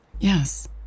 Yes